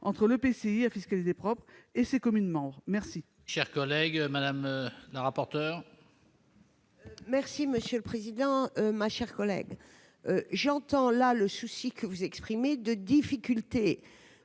entre l'EPCI à fiscalité propre et ses communes membres. Quel